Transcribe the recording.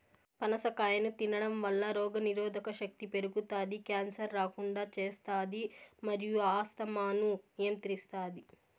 పనస కాయను తినడంవల్ల రోగనిరోధక శక్తి పెరుగుతాది, క్యాన్సర్ రాకుండా చేస్తాది మరియు ఆస్తమాను నియంత్రిస్తాది